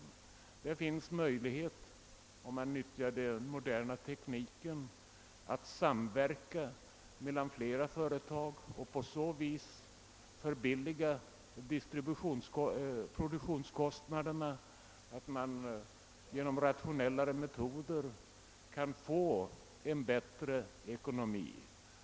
Om den moderna tekniken utnyttjas, skapas möjlighet till samverkan mellan flera företag, och produktionskostnaderna kan minskas genom rationellare metoder, så att företaget får en bättre ekonomi.